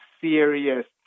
serious